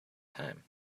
time